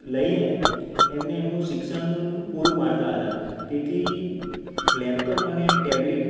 લઈને એમને એમનું શિક્ષણ પૂરું પાડતાં હતાં તેથી લૅપટોપ અને ટૅબલેટ